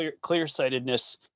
clear-sightedness